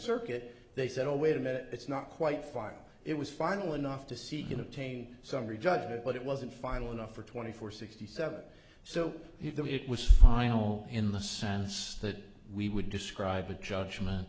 circuit they said oh wait a minute it's not quite file it was final enough to see can obtain summary judgment but it wasn't final enough for twenty four sixty seven so it was final in the sense that we would describe a judgment